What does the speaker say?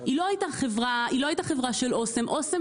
היא לא הייתה חברה של אסם,